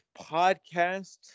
podcast